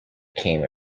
came